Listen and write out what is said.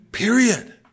period